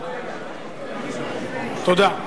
תודה.